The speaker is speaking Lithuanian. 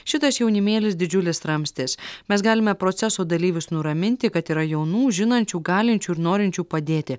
šitas jaunimėlis didžiulis ramstis mes galime proceso dalyvius nuraminti kad yra jaunų žinančių galinčių ir norinčių padėti